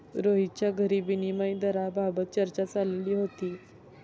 रोहितच्या घरी विनिमय दराबाबत चर्चा चालली होती